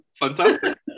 fantastic